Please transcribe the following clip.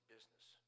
business